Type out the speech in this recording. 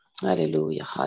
hallelujah